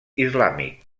islàmic